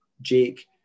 Jake